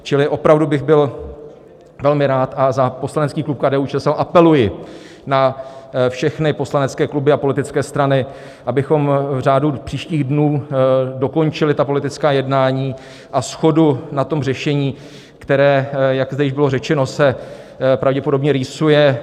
Čili opravdu bych byl velmi rád a za poslanecký klub KDUČSL apeluji na všechny poslanecké kluby a politické strany, abychom v řádu příštích dnů dokončili politická jednání a shodu na tom řešení, které jak zde již bylo řečeno se pravděpodobně rýsuje.